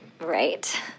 Right